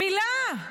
מילה.